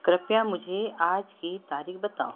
कृपया मुझे आज की तारीख बताओ